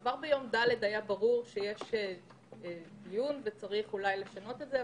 כבר ביום ד' היה ברור שאולי צריך לשנות את זה.